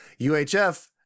UHF